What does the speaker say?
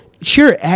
sure